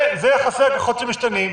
זה יחסי הכוחות שמשתנים.